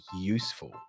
useful